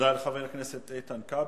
תודה לחבר הכנסת איתן כבל.